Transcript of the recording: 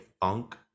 funk